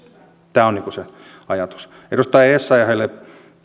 tämä on se ajatus edustaja essayahille